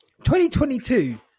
2022